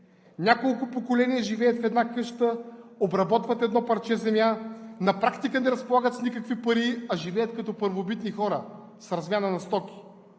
Няколко поколения живеят в една къща, обработват едно парче земя, на практика не разполагат с никакви пари, а живеят като първобитни хора с размяна на стоки.